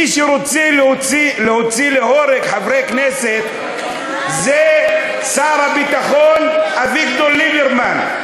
מי שרוצה להוציא להורג חברי כנסת זה שר הביטחון אביגדור ליברמן,